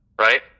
Right